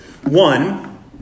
One